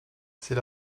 c’est